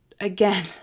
again